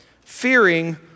fearing